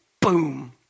boom